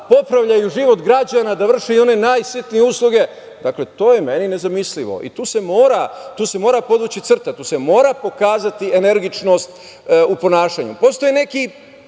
popravljaju život građana, da vrše i one najsitnije usluge, to je meni nezamislivo. Tu se mora podvući crta. Tu se mora pokazati energičnost u ponašanju. Postoje neki